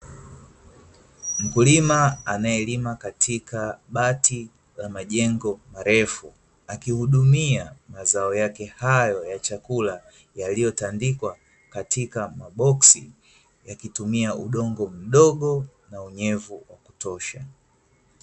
Mkulima anayelima katika bati la majengo marefu akihudumia mazao yake hayo ya chakula yaliyotandikwa katika maboksi, yakitumia udongo mdogo na unyevu wa kutosha.